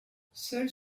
seuls